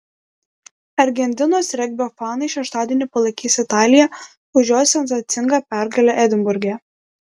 argentinos regbio fanai šeštadienį palaikys italiją už jos sensacingą pergalę edinburge